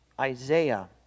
Isaiah